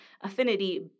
Affinity